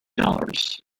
dollars